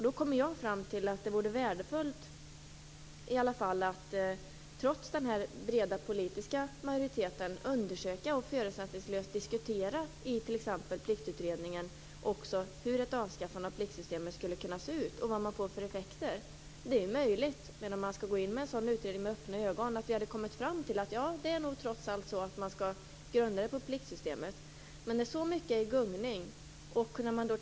Då kommer jag fram till att det vore värdefullt att, trots den breda politiska majoriteten, undersöka och förutsättningslöst diskutera i t.ex. Pliktutredningen hur ett avskaffande av pliktsystemet skulle kunna se ut och vad det får för effekter. Det är möjligt - man skall ju gå in i en sådan utredning med öppna ögon - att vi skulle komma fram till att det trots allt är så att man skall grunda detta på pliktsystemet. Det är så mycket som är i gungning.